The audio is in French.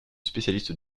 spécialiste